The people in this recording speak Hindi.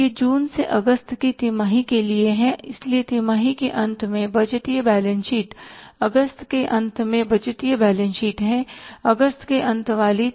तो यह जून से अगस्त की तिमाही के लिए है इसलिए तिमाही के अंत में बजटीय बैलेंस शीट अगस्त के अंत में बजटीय बैलेंस शीट है अगस्त के अंत वाली